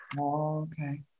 Okay